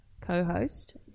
co-host